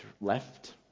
left